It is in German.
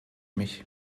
mich